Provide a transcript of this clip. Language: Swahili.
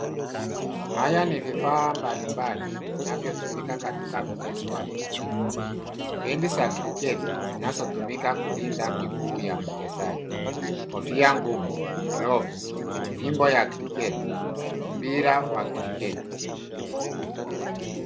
“Haya ni vifaa mbalimbali, vinavyotumika katika mchezo wa kriketi. Pendi za kriketi zinazotumika kulinda miguu ya mchezaji: kofia ngumu, glovu, fimbo ya kriketi na mpira wa kriketi.”